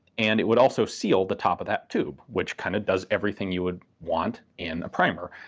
and it would also seal the top of that tube. which kind of does everything you would want in a primer.